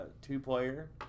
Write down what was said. two-player